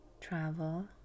travel